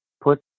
put